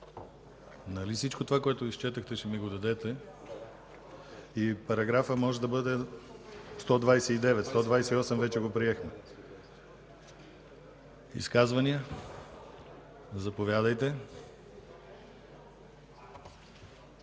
Нали всичко това, което изчетохте, ще ми го дадете? Параграфът може да бъде 129, тъй като вече приехме § 128. Изказвания? Заповядайте,